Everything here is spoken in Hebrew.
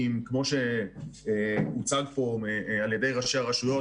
כמו שהוצג פה על ידי ראשי הרשויות